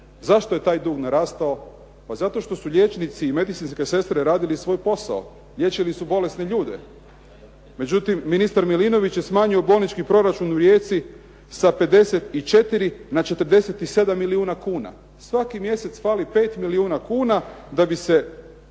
Zašto je taj dug narastao? Pa zato što su liječnici i medicinske sestre radili svoj posao. Liječili su bolesne ljude. Međutim ministar Milinović je smanjio bolnički proračun u Rijeci sa 54 na 47 milijuna kuna. Svaki mjesec fali 5 milijuna kuna da bi se